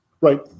Right